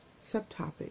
Subtopic